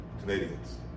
Canadians